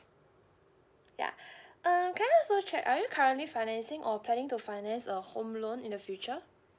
ya uh can I also check are you currently financing or planning to finance a home loan in the future